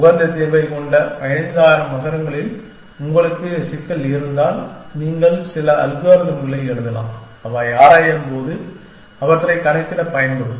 உகந்த தீர்வைக் கொண்ட 15000 நகரங்களில் உங்களுக்கு சிக்கல் இருந்தால் நீங்கள் சில அல்காரிதம்களை எழுதலாம் அவை ஆராயும்போது அவற்றைக் கணக்கிடப் பயன்படும்